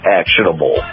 actionable